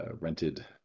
rented